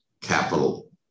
capital